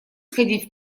сходить